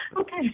Okay